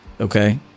Okay